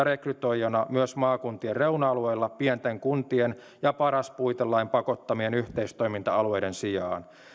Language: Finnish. rekrytoijana myös maakuntien reuna alueilla pienten kuntien ja paras puitelain pakottamien yhteistoiminta alueiden sijaan